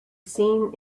seen